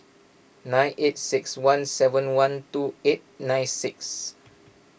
nine eight six one seven one two eight nine six